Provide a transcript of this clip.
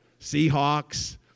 Seahawks